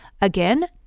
Again